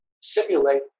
simulate